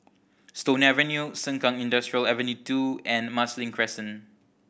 Stone Avenue Sengkang Industrial Avenue Two and Marsiling Crescent